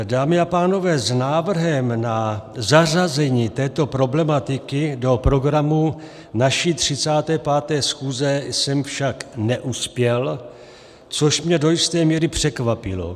Dámy a pánové, s návrhem na zařazení této problematiky do programu naší 35. schůze jsem však neuspěl, což mě do jistě míry překvapilo.